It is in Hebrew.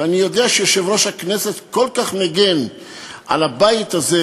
ואני יודע שיושב-ראש הכנסת כל כך מגן על הבית הזה,